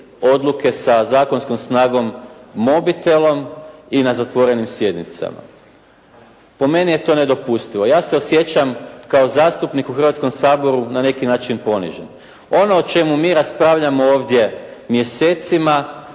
odluke sa zakonskom snagom mobitelom i na zatvorenim sjednicama. Po meni je to nedopustivo. Ja se osjećam kao zastupnik u Hrvatskom saboru na neki način ponižen. Ono o čemu mi raspravljamo ovdje mjesecima,